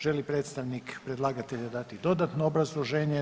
Želi li predstavnik predlagatelja dati dodatno obrazloženje?